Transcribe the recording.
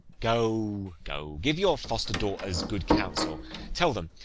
go, go, give your foster-daughters good counsel tell them,